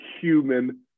human